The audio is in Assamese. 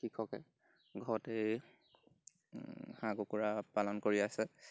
কৃষকে ঘৰতেই হাঁহ কুকুৰা পালন কৰি আছে